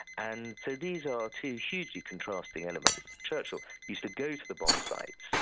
and so these are two hugely contrasting elements. churchill used to go to the bomb sites.